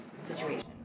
situation